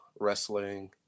wrestling